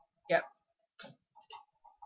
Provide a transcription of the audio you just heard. yup